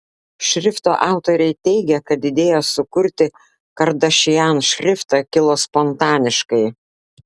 šrifto autoriai teigia kad idėja sukurti kardashian šriftą kilo spontaniškai